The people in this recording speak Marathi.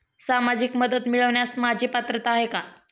सामाजिक मदत मिळवण्यास माझी पात्रता आहे का?